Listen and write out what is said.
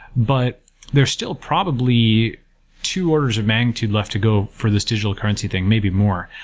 but there's still probably two orders of magnitude left to go for this digital currency thing, maybe more,